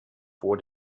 vor